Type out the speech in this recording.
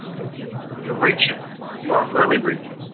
you're reaching you are really reaching